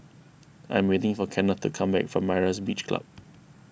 I am waiting for Kennth to come back from Myra's Beach Club